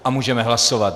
A můžeme hlasovat.